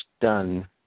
done